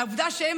לעובדה שהם,